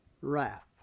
wrath